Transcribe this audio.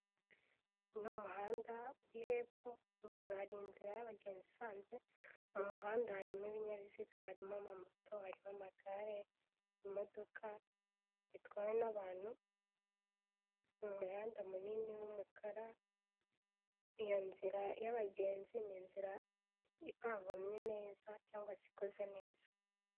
Uyu ni umuhanda uri hepfo, ruguru hari inzira y'abagenzi isanzwe, mu muhanda harimo ibinyabiziga harimo amamoto, harimo amagare, imodoka bitwawe n'abantu, mu muhanda munini w'umukara. Iyo nzira y'abagenzi ni inzira ipavomye neza cyangwa se ikoze neza.